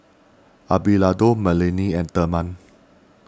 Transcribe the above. Abelardo Melanie and therman